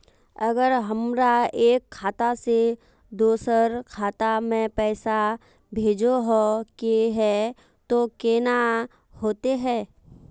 अगर हमरा एक खाता से दोसर खाता में पैसा भेजोहो के है तो केना होते है?